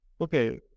Okay